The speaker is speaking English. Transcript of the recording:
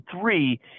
three